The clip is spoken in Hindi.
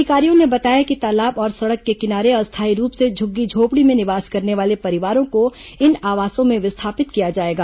अधिकारियों ने बताया कि तालाब और सड़क के किनारे अस्थायी रूप से झुग्गी झोपड़ी में निवास करने वाले परिवारों को इन आवासों में विस्थापित किया जाएगा